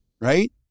Right